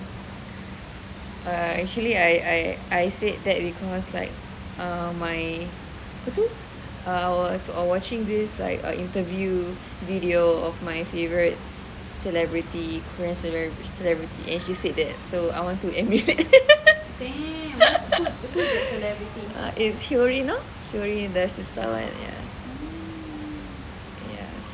err actually I I I said that because like err my I was watching this like interview of my favourite celebrity korean celebrity and she said that so I want to emulate it's hyorin lor hyorin the sistar [one]